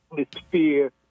atmosphere